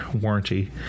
warranty